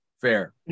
fair